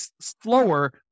slower